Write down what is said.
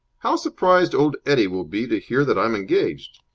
how surprised old eddie will be to hear that i'm engaged.